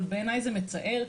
אבל בעיניי זה מצער,